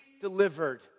delivered